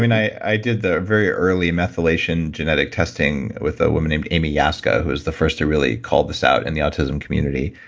mean, i i did the very early methylation genetic testing with a woman named amy yasko who was the first to really call this out in the autism community,